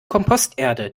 komposterde